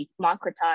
democratize